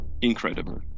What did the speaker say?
incredible